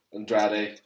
Andrade